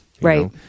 Right